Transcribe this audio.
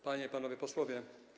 Panie i Panowie Posłowie!